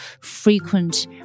frequent